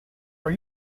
are